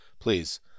please